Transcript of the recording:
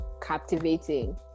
captivating